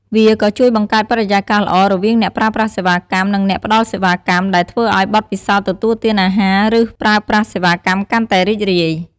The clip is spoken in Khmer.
វាក៏ជួយបង្កើតបរិយាកាសល្អរវាងអ្នកប្រើប្រាស់សេវាកម្ម និងអ្នកផ្ដល់សេវាកម្ម ដែលធ្វើឲ្យបទពិសោធន៍ទទួលទានអាហារ ឬប្រើប្រាស់សេវាកម្មកាន់តែរីករាយ។